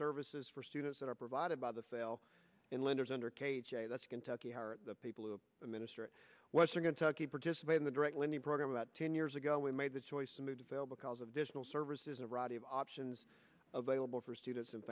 services for students that are provided by the sale in lenders under k j that's kentucky where the people who administer western kentucky participate in the direct lending program about ten years ago we made the choice to move to fail because of digital services a rotty of options available for students